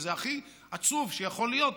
שזה הכי עצוב שיכול להיות.